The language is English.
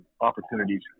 opportunities